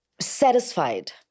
satisfied